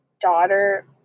daughter